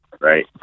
right